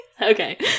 Okay